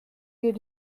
wir